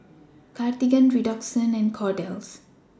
Cartigain Redoxon and Kordel's